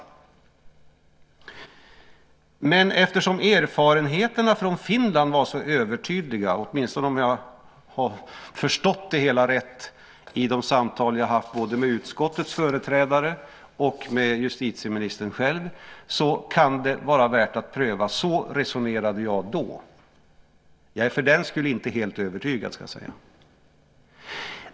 Eftersom erfarenheterna från Finland var så övertydliga - åtminstone om jag har förstått det hela rätt i de samtal jag haft både med utskottets företrädare och med justitieministern själv - kan det vara värt att pröva. Så resonerade jag då. Jag är för den skull inte helt övertygad.